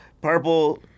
Purple